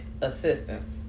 assistance